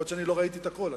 יכול להיות שלא ראיתי את הכול,